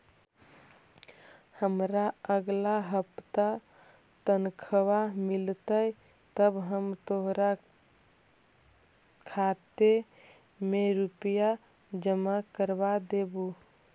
हमारा अगला हफ्ते तनख्वाह मिलतई तब हम तोहार खाते में रुपए जमा करवा देबो